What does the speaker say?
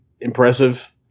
impressive